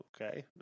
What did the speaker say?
okay